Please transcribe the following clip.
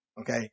Okay